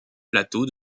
plateau